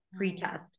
pretest